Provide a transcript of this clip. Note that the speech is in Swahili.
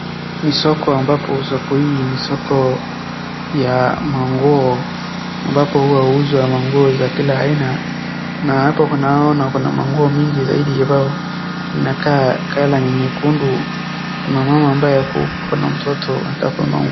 Ni soko ambapo soko hii ya manguo ambapo huwa huzwa manguo za kila aina na hapo kunaoana kuna manguo mingi zaidi ambao zinakaa colour ni nyekundu. Kuna mama ambaye ako na mtoto anataka kununua nguo.